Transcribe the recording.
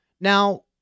Now